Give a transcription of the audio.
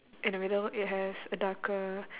in the middle it has a darker